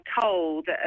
told